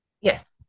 yes